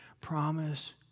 Promise